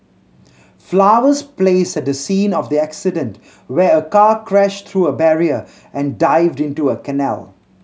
flowers placed at the scene of the accident where a car crashed through a barrier and dived into a canal